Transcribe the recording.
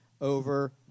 over